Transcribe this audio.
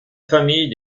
famille